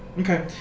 Okay